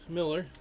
Miller